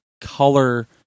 color